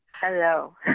Hello